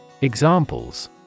Examples